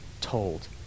told